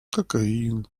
cocaine